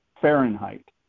Fahrenheit